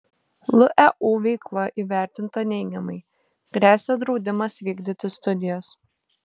leu veikla įvertinta neigiamai gresia draudimas vykdyti studijas